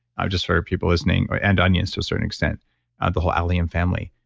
ah just for people listening and onions to a certain extent and the whole allium family.